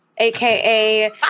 AKA